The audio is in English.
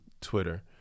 Twitter